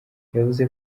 yavuze